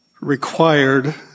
required